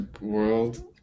World